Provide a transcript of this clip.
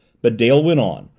but dale went on,